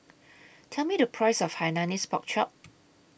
Tell Me The Price of Hainanese Pork Chop